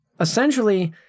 essentially